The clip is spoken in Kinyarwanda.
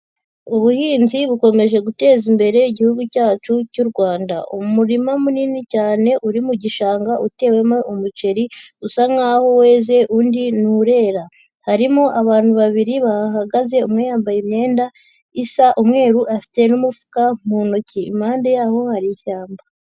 Ubuhinzi bukomeje guteza imbere Igihugu cyacu cy'u Rwanda. Umurima munini cyane uri mu gishanga utewemo umuceri usa nkaho weze, undi nturera. Harimo abantu babiri bahahagaze, umwe yambaye imyenda isa umweru, afite n'umufuka mu ntoki. Impande yaho hari ishyamba.